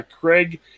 Craig